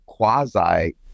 quasi